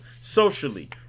socially